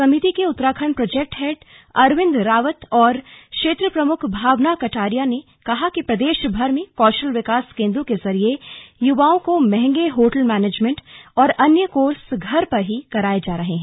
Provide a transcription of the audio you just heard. समिति के Uttarakhand project head Arvind Rawat और क्षेत्र प्रमुख भावना कटारिया ने कहा कि प्रदेशभर में कौशल विकास केंद्रों के जरिए युवाओं को महंगे होटल मैनेजमेंट और अन्य कोर्स घर पर ही कराए जा रहे हैं